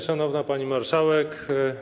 Szanowna Pani Marszałek!